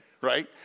right